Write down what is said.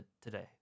today